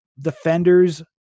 defenders